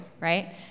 right